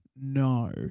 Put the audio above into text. No